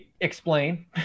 Explain